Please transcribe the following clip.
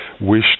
wish